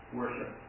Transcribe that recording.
worship